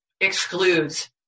excludes